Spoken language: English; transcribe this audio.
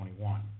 2021